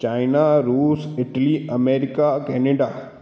China Russia Italy America Canada